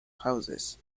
houses